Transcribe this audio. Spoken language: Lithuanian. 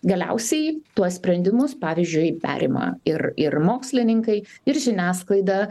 galiausiai tuos sprendimus pavyzdžiui perima ir ir mokslininkai ir žiniasklaida